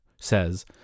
says